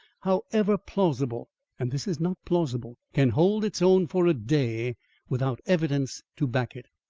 however plausible and this is not plausible can hold its own for a day without evidence to back it.